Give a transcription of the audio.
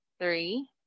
three